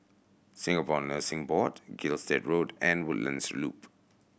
Singapore Nursing Board Gilstead Road and Woodlands Loop